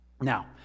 Now